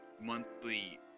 monthly